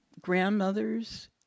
Grandmothers